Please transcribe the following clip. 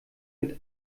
mit